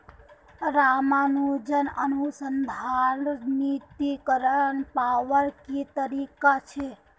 रामानुजन अनुसंधान निधीकरण पावार की तरीका छे